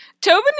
Tobin